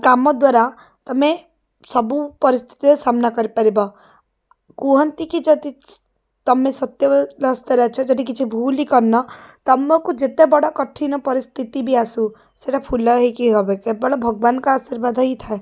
କାମଦ୍ୱାରା ତୁମେ ସବୁ ପରିସ୍ଥିତିର ସାମ୍ନା କରିପାରିବ କୁହନ୍ତି କି ଯଦି ତୁମେ ସତ୍ୟ ରାସ୍ତାରେ ଅଛ ଯଦି କିଛି ଭୁଲ୍ ହିଁ କରିନ ତୁମକୁ ଯେତେ ବଡ଼ କଠିନ ପରିସ୍ଥିତି ବି ଆସୁ ସେଇଟା ଫୁଲ ହେଇକି ହେବ କେବଳ ଭଗବାନଙ୍କ ଆଶୀର୍ବାଦ ହିଁ ଥାଏ